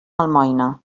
almoina